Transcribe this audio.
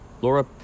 Laura